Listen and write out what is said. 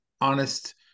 honest